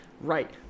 Right